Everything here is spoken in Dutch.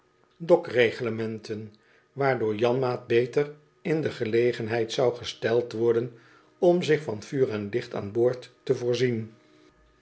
dok reglementen waardoor janmaat beter in de gelegenheid zou gesteld worden om zich van vuur en licht aan boord te voorzien